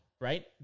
right